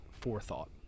forethought